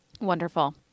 Wonderful